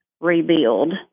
rebuild